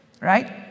right